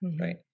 right